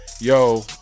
Yo